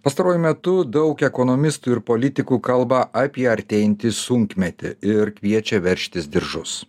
pastaruoju metu daug ekonomistų ir politikų kalba apie artėjantį sunkmetį ir kviečia veržtis diržus